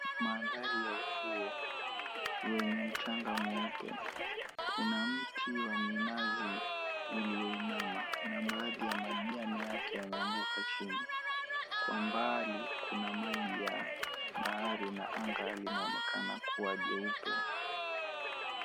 Manthari ya ufuo wenye mchanga mweupe, kuna mti wa minazi ulioinama na baadhi ya majani yake yameanguka chini. Kwa mbali, kuna maji ya bahari na anga linaonekana kuwa jeupe.